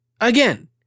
Again